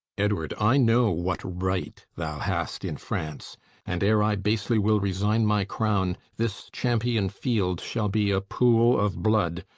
edward, i know what right thou hast in france and ere i basely will resign my crown, this champion field shall be a pool of blood,